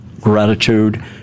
gratitude